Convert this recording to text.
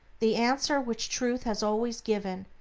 the answer which truth has always given,